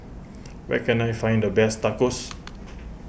where can I find the best Tacos